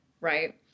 right